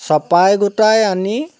চপাই গোটাই আনি